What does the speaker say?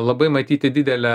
labai matyti didelė